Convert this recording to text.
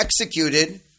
executed